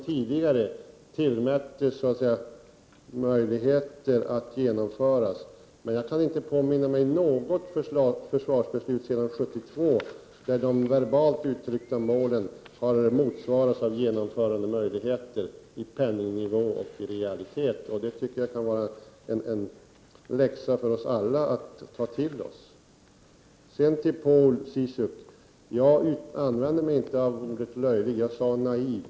Jag kan emellertid inte påminna mig att vi sedan 1972 har fattat något försvarsbeslut i vilket de verbalt uttryckta 31 målen sedan har varit möjliga att genomföra i realiteten och som det var tänkt vad avser penningnivån. Detta menar jag kan vara en läxa för oss alla att ta till oss. Jag använde mig inte, Paul Ciszuk, av ordet ”löjlig”. Jag sade ”naiv”.